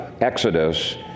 Exodus